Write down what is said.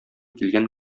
килгән